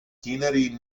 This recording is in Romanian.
tinerii